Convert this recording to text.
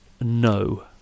No